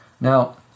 Now